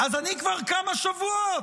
אז אני כבר כמה שבועות